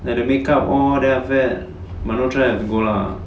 like the make up all then after that but no choice have to go lah